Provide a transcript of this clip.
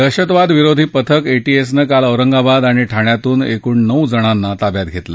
दहशतवाद विरोधी पथक एटीएसनं काल औरंगाबाद आणि ठाण्यातून एकूण नऊ जणांना ताब्यात घेतलं